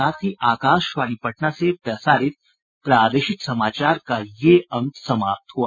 इसके साथ ही आकाशवाणी पटना से प्रसारित प्रादेशिक समाचार का ये अंक समाप्त हुआ